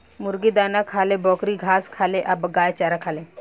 मुर्गी दाना खाले, बकरी घास खाले आ गाय चारा खाले